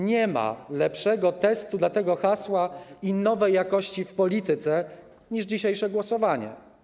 Nie ma lepszego testu dla tego hasła i nowej jakości w polityce niż dzisiejsze głosowanie.